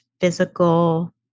physical